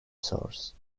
source